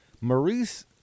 Maurice